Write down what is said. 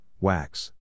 wax